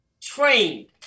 trained